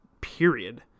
period